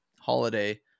holiday